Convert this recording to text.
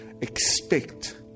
expect